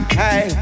hey